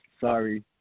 sorry